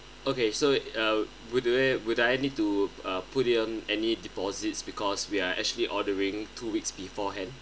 okay so uh would there would I need to uh put in any deposits because we are actually ordering two weeks beforehand